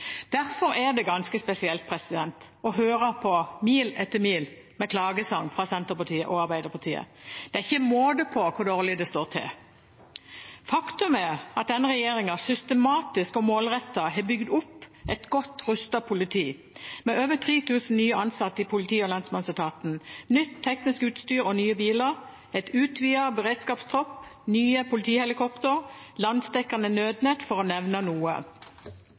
Derfor er det ganske spesielt å høre på «mil etter mil» med klagesang fra Senterpartiet og Arbeiderpartiet. Det er ikke måte på hvor dårlig det står til. Faktum er at denne regjeringen systematisk og målrettet har bygd opp et godt rustet politi med over 3 000 nye ansatte i politi- og lensmannsetaten, nytt teknisk utstyr og nye biler, en utvidet beredskapstropp, nye politihelikopter og et landsdekkende nødnett – for å nevne noe.